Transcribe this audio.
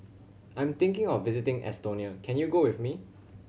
I'm thinking of visiting Estonia can you go with me